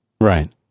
Right